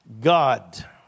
God